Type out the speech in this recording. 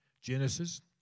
Genesis